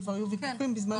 וכבר היו ויכוחים בזמנו --- כן,